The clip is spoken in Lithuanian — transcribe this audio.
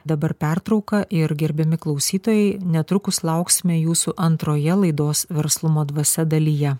dabar pertrauka ir gerbiami klausytojai netrukus lauksime jūsų antroje laidos verslumo dvasia dalyje